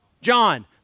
John